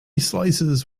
slices